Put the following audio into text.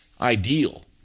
ideal